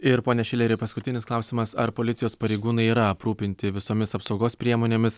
ir pone šileri paskutinis klausimas ar policijos pareigūnai yra aprūpinti visomis apsaugos priemonėmis